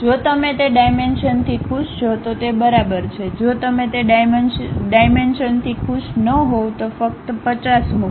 જો તમે તે ડાઇમેંશનથી ખુશ છો તો તે બરાબર છે જો તમે તે ડાયમેન્શનથી ખુશ ન હોવ તો ફક્ત 50 મૂકો